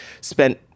spent